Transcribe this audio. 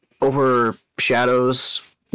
overshadows